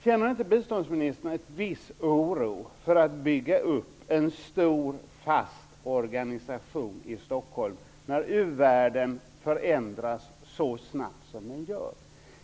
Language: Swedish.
Känner inte biståndsministern en viss oro inför att bygga upp en stor fast organisation i Stockholm när uvärlden förändras så snabbt som den gör?